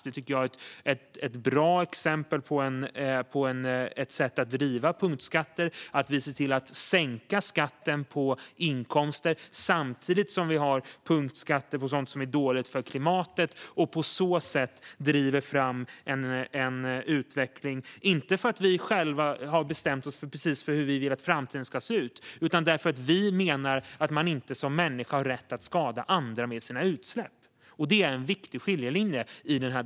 Detta tycker jag är ett exempel på ett bra sätt att tillämpa punktskatter: Vi ser till att sänka skatten på inkomster samtidigt som vi har punktskatter på sådant som är dåligt för klimatet och driver på så sätt fram en utveckling, inte för att vi själva har bestämt oss för precis hur vi vill att framtiden ska se ut utan för att vi menar att man inte som människa har rätt att skada andra med sina utsläpp. Detta är en viktig skiljelinje i denna debatt.